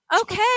okay